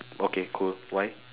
okay cool why